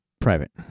Private